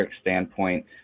standpoint